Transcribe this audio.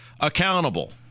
accountable